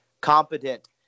competent